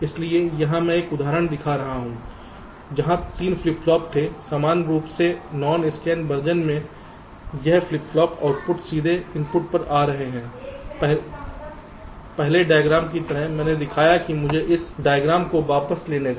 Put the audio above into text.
इसलिए यहां मैं एक उदाहरण दिखा रहा हूं जहां 3 फ्लिप फ्लॉप थे सामान्य रूप से नॉन स्कैन वर्जन में यह फ्लिप फ्लॉप आउटपुट सीधे इनपुट पर आ रहे थे पिछले डायग्राम की तरह मैंने दिखाया कि मुझे इस डायग्राम को वापस लेने दो